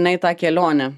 na į tą kelionę